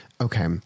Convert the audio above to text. Okay